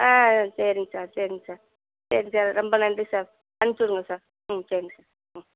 ஆ சரிங்க சார் சரிங்க சார் சரி சார் ரொம்ப நன்றி சார் அனுச்சிவுடுங்க சார் ம் சரிங்க சார் ம்